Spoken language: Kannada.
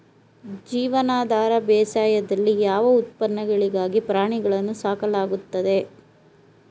ಜೀವನಾಧಾರ ಬೇಸಾಯದಲ್ಲಿ ಯಾವ ಉತ್ಪನ್ನಗಳಿಗಾಗಿ ಪ್ರಾಣಿಗಳನ್ನು ಸಾಕಲಾಗುತ್ತದೆ?